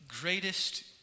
greatest